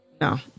No